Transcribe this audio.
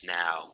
now